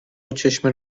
چشم